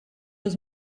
was